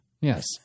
Yes